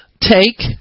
take